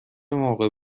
موقع